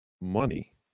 money